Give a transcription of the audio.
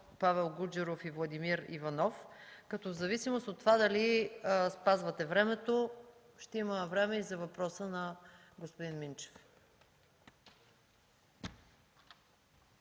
Павел Гуджеров и Владимир Иванов, като в зависимост от това дали спазвате времето, ще има време и за въпроса на господин Минчев.